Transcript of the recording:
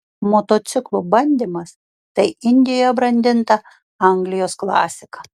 motociklų bandymas tai indijoje brandinta anglijos klasika